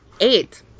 Eight